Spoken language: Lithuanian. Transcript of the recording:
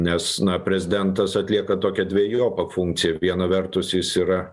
nes na prezidentas atlieka tokią dvejopą funkciją viena vertus jis yra